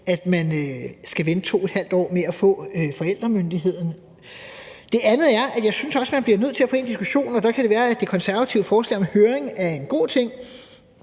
at man skal vente 2½ år med at få forældremyndigheden. Det andet er, at jeg også synes, at man bliver nødt til at få med ind i diskussionen – og der kan det være, at det konservative forslag om en høring er en god ting